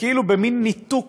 וכאילו במין ניתוק